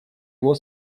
его